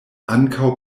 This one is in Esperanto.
ankaŭ